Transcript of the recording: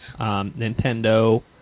Nintendo